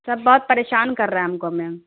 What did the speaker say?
سب بہت پریشان کر رہا ہے ہم کو میم